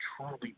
truly